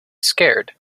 scared